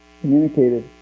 communicated